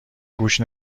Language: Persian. گوش